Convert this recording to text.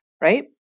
right